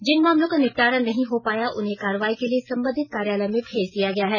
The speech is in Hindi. जिन मामलों का निपटारा नहीं हो पाया उन्हें कार्रवाई के लिए संबंधित कार्यालय में भेज दिया गया है